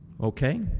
Okay